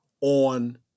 on